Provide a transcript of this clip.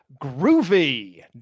Groovy